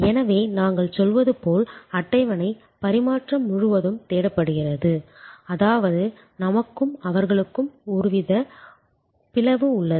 எனவே நாங்கள் சொல்வது போல் அட்டவணை பரிமாற்றம் முழுவதும் தேடப்படுகிறது அதாவது நமக்கும் அவர்களுக்கும் ஒருவித பிளவு உள்ளது